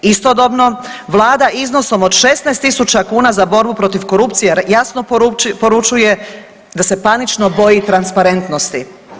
Istodobno, Vlada iznosom od 16 tisuća kuna za borbu protiv korupcije jasno poručuje da se panično boji transparentnosti.